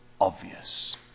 obvious